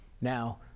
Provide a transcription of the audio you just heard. now